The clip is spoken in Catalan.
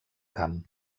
camp